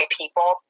people